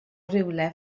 rywle